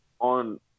on